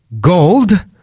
gold